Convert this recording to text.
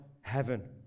heaven